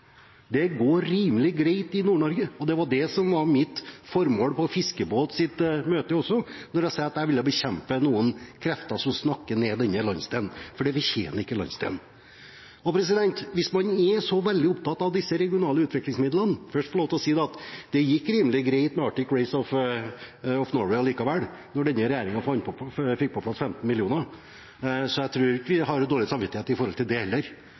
Det går rimelig greit i Nord-Norge. Det var det som var mitt formål på Fiskebåts møte også, da jeg sa at jeg ville bekjempe noen krefter som snakker ned denne landsdelen, for det fortjener ikke landsdelen. Jeg må også få lov til å si at det gikk rimelig greit med Arctic Race of Norway allikevel da denne regjeringen fikk på plass 15 mill. kr, så jeg tror ikke vi skal ha dårlig samvittighet for det heller, og det tror jeg nok vi skal se på framover også. Og hvis man er så veldig opptatt av disse regionale utviklingsmidlene, hvorfor er det